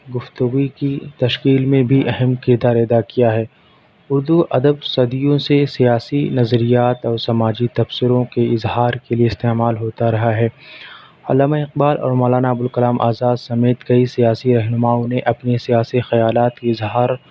گفتگو کی تشکیل میں بھی اہم کردار ادا کیا ہے اردو ادب صدیوں سے سیاسی نظریات اور سماجی تبصروں کے اظہار کے لئے استعمال ہوتا رہا ہے علامہ اقبال اور مولانا ابوالکلام آزاد سمیت کئی سیاسی رہنماؤں نے اپنی سیاسی خیالات کی اظہار